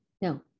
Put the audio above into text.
no